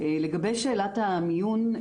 לגבי שאלת המיון,